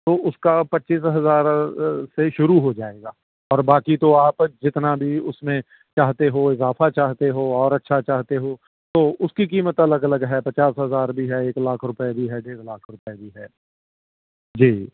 تو اس کا پچیس ہزار سے شروع ہو جائے گا اور باقی تو آپ جتنا بھی اس میں چاہتے ہو اضافہ چاہتے ہو اور اچھا چاہتے ہو تو اس کی قیمت الگ الگ ہے پچاس ہزار بھی ہے ایک لاکھ روپئے بھی ہے ڈیڑھ لاکھ روپئے بھی ہے جی